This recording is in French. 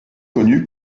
connu